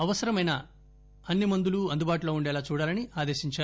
అవసరమైన అన్ని మందులు అందుబాటులో ఉండేలా చూడాలని ఆదేశించారు